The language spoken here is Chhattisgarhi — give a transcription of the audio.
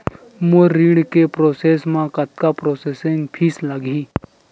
मोर ऋण के प्रोसेस म कतका प्रोसेसिंग फीस लगही?